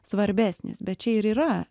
svarbesnis bet čia ir yra